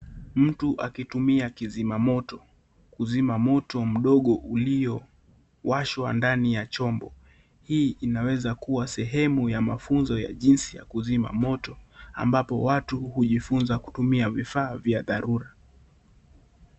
Mtu akitumia kizimamoto kuzima moto mdogo uliowashwa ndani ya chombo. Hii inaweza kuwa sehemu ya mafunzo ya kuzima moto ambapo watu hujifunza kutumia vifaa vya dharura.